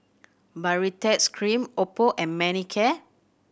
Baritex Cream oppo and Manicare